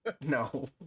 No